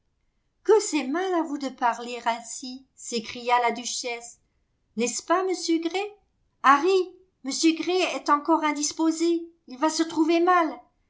que c'est mal à vous de parler ainsi s'écria la duchesse n'est-ce pas monsieur gray harry m gray est encore indisposé il va se trouver mal